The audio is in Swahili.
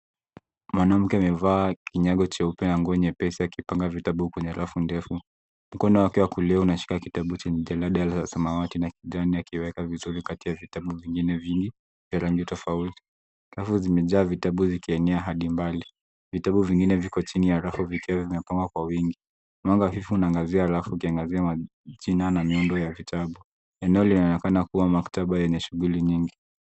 Mwanamke amevaa kinyago cheupe na nguo nyepesi akipanga vitabu kwenye rafu ndefu. Mkono wake wa kulia unashika kitabu che- chenye dala za samawati na kijani akiweka vizuri kati ya vitabu vingine vingi vya rangi tofauti. Rafu zimejaa vitabu vikienea hadi mbali. Vitabu vingine viko chini ya rafu vikiwa vimepangwa kwa wingi. Mwanga hafifu unaangazia rafu ukiangazia majina na miundo wa vitabu. Eneo linaonekana kuwa maktaba yenye shughuli nyingi.